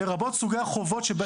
לרבות סוגי החובות.